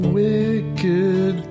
wicked